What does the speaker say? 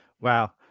Wow